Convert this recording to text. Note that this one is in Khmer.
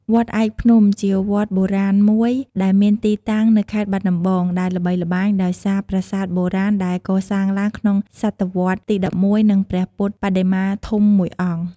វត្តឯកភ្នំ ជាវត្តបុរាណមួយដែលមានទីតាំងនៅខេត្តបាត់ដំបង ដែលល្បីល្បាញដោយសារប្រាសាទបុរាណដែលកសាងឡើងក្នុងសតវត្សរ៍ទី១១ និងព្រះពុទ្ធបដិមាធំមួយអង្គ។